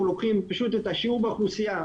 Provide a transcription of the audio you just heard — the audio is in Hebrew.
לוקחים פשוט את השיעור באוכלוסייה,